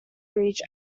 beech